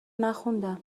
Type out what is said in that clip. نخوندم